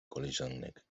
koleżanek